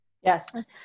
Yes